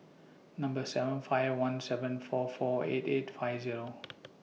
Number seven five one seven four four eight eight five Zero